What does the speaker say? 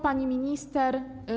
Pani Minister!